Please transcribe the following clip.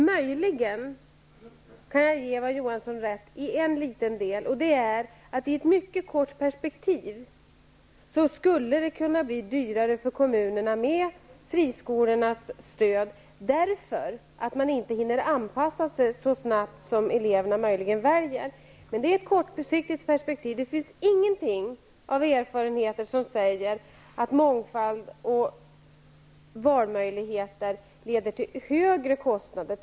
Möjligen kan jag ge Eva Johansson rätt i en liten del, och det är att det i ett mycket kort perspektiv skulle kunna bli dyrare för kommunerna med stöd till friskolorna, eftersom man möjligen inte hinner anpassa sig så snabbt till elevernas val. Men det gäller i ett kortsiktigt perspektiv. Det finns inga erfarenheter som säger att mångfald och valmöjligheter leder till högre kostnader.